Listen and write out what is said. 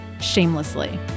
shamelessly